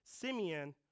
Simeon